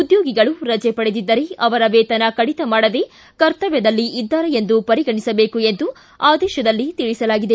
ಉದ್ಲೋಗಿಗಳು ರಜೆ ಪಡೆದಿದ್ದರೆ ಅವರ ವೇತನ ಕಡಿತ ಮಾಡದೆ ಕರ್ತವ್ಲದಲ್ಲಿ ಇದ್ದಾರೆ ಎಂದು ಪರಿಗಣಿಸಬೇಕು ಎಂದು ಆದೇಶದಲ್ಲಿ ತಿಳಿಸಲಾಗಿದೆ